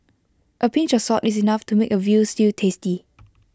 A pinch of salt is enough to make A Veal Stew tasty